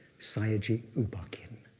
sayagyi u ba khin.